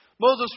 Moses